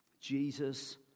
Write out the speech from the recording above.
Jesus